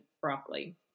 broccoli